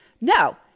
no